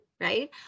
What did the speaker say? Right